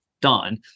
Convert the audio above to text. done